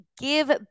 give